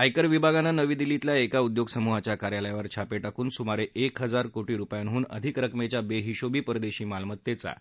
आयकर विभागानं नवी दिल्लीतल्या एका उद्योगसमूहाच्या कार्यालयावर छापे क्रून सुमारे एक हजार कोणी रुपयांहून अधिक रकमेच्या वेहिशेबी परदेशी मालमत्तेचा